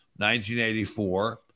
1984